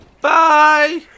Bye